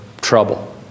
trouble